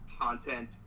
content